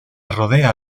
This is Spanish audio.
rodea